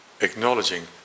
acknowledging